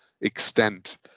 extent